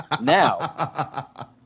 now